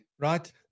right